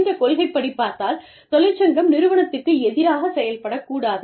இந்த கொள்கை படி பார்த்தால் தொழிற்சங்கம் நிறுவனத்திற்கு எதிராக செயல்பட கூடாது